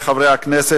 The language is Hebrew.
חברי חברי הכנסת,